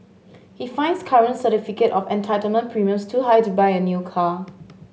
he finds current certificate of entitlement premiums too high to buy a new car